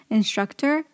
instructor